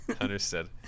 Understood